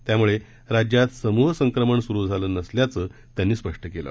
त्यामुळे राज्यात समूह संक्रमण सुरू झालं नसल्याचं त्यांनी स्पष्ट केलं